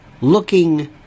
looking